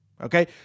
Okay